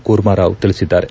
ಕೂರ್ಮಾರಾವ್ ತಿಳಿಸಿದ್ದಾರೆ